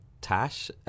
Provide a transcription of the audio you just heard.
Tash